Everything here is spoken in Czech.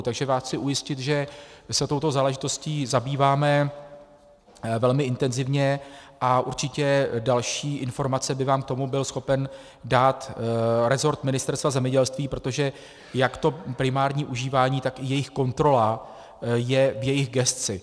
Takže vás chci ujistit, že se touto záležitostí zbýváme velmi intenzivně, a určitě další informace by vám k tomu byl schopen dát resort Ministerstva zemědělství, protože jak to primární užívání, tak i jejich kontrola je v jejich gesci.